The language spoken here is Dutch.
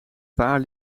paar